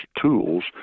tools